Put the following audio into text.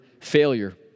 failure